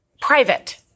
private